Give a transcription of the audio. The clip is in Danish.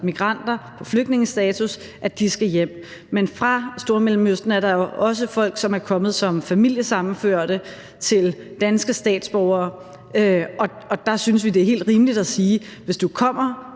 migranter og har flygtningestatus, skal hjem. Men der er jo også folk fra Stormellemøsten, som er kommet som familiesammenførte til danske statsborgere, og der synes vi, det er helt rimeligt at sige: Hvis du kommer